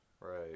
Right